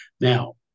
Now